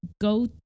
go